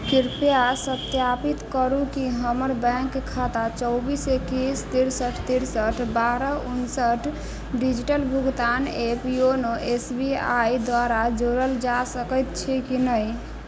कृपया सत्यापित करू कि हमर बैंक खाता चौबिस एकैस तिरसठि तिरसठि बारह उनसठि डिजिटल भुगतान app YONO S B I द्वारा जोड़ल जा सकैत छै कि नहि